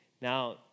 Now